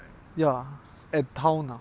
ya and town ah